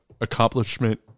accomplishment